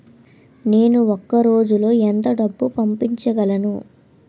నేను ఒక రోజులో ఎంత డబ్బు పంపించగలను?